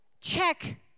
check